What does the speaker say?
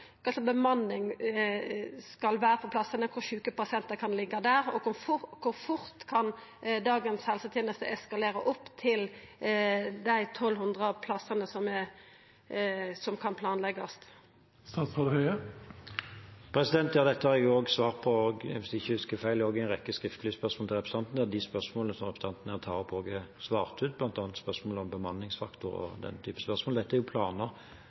bemanning skal det vera på plassane, kor sjuke pasientar kan liggja der, og kor fort kan dagens helseteneste skalera opp til dei 1 200 plassane som kan planleggjast? Dette har jeg også svart på, hvis jeg ikke husker feil, i en rekke skriftlige spørsmål fra representanten. De spørsmålene representanten her tar opp, er svart ut, bl.a. det som gjelder bemanningsfaktor og den typen spørsmål. Dette er